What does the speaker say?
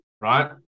right